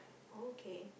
okay